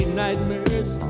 nightmares